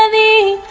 and a